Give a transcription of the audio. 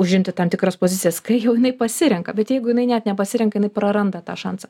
užimti tam tikras pozicijas kai jau jinai pasirenka bet jeigu jinai net nepasirenka jinai praranda tą šansą